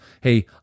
hey